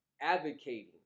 advocating